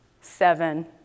seven